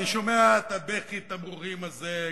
אני שומע את בכי התמרורים הזה,